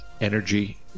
energy